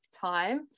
time